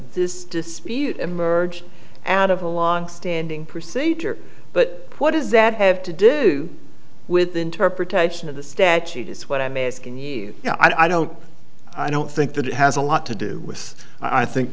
this dispute emerge out of a long standing procedure but what does that have to do with the interpretation of the statute is what i'm asking you i don't i don't think that it has a lot to do with i think